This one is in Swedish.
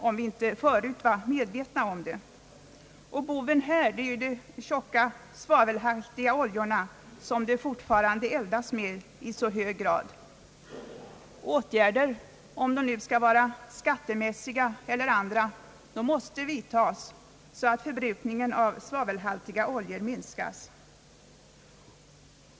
De flesta av oss var väl medvetna om det förut. Boven här är de tjocka svavelhaltiga oljorna som det fortfarande eldas med i så hög grad. Åtgärder, om det nu skall vara skattemässiga eller andra, måste vidtas, så att förbrukningen av svavelhaltiga oljor minskas.